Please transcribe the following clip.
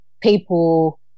people